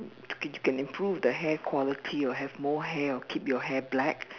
you can you can improve the hair quality or have more hair or keep your hair black